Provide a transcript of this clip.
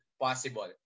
possible